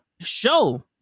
Show